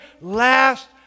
last